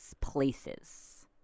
places